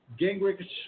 Gingrich